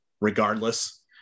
regardless